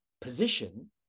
position